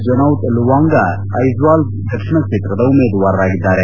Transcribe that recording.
ಜೊನೌತ್ಲುವಾಂಗಾ ಐಜ್ವಾಲ್ ದಕ್ಷಿಣ ಕ್ಷೇತ್ರದ ಉಮೇದುವಾರರಾಗಿದ್ದಾರೆ